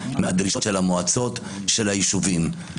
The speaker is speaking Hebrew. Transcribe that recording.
מהדרישות של המועצות של היישובים.